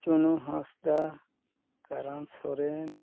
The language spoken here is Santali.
ᱪᱩᱱᱩ ᱦᱟᱸᱥᱫᱟ ᱠᱟᱨᱟᱱ ᱥᱚᱨᱮᱱ